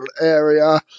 area